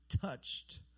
touched